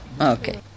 Okay